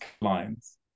clients